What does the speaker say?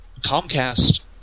Comcast